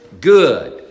good